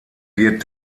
wird